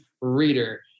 reader